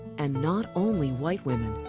and not only white women.